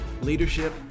leadership